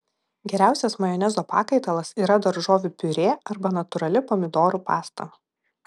geriausias majonezo pakaitalas yra daržovių piurė arba natūrali pomidorų pasta